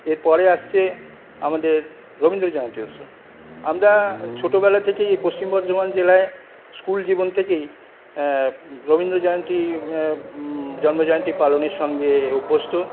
এর পরে আসছে আমাদের রবীন্দ্র জয়ন্তী উৎসব আমরা ছোটবেলা থেকেই এই পশ্চিম বর্ধমান জেলায় স্কুল জীবন থেকেই রবীন্দ্র জয়ন্তী জন্মজয়ন্তী পালনের সঙ্গে অভ্যস্ত